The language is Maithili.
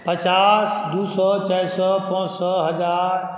पचास दू सए चारि सए पांच सए हजार